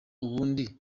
ubundi